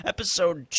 Episode